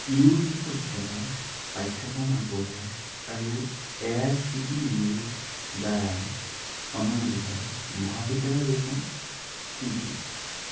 U G পৰ্যায়ৰ পাঠ্যক্ৰম আগবঢ়োৱা আৰু এ আই চি টি ইৰ দ্বাৰা অনুমোদিত মহাবিদ্যালয়কেইখন কি কি